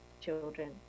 children